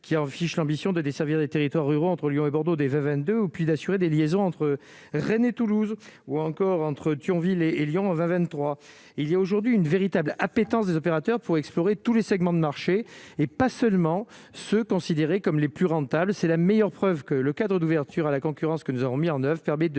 qui affiche l'ambition de desservir les territoires ruraux entre Lyon et Bordeaux, des à 22 ou puis d'assurer des liaisons entre Rennes et Toulouse, ou encore entre Thionville et et Lyon 23 il y a aujourd'hui une véritable appétence des opérateurs pour explorer tous les segments de marché, et pas seulement ceux considérés comme les plus rentables, c'est la meilleure preuve que le cadre d'ouverture à la concurrence que nous aurons mis en neuf fermé de